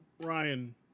Ryan